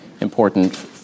important